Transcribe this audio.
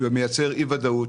היא מייצרת אי ודאות,